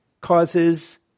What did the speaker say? causes